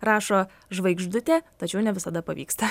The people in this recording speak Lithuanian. rašo žvaigždutė tačiau ne visada pavyksta